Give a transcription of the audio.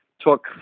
took